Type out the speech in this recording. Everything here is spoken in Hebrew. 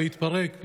להתפרק,